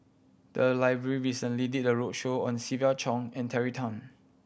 the library recently did a roadshow on Siva Choy and Terry Tan